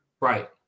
Right